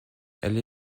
elle